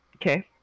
Okay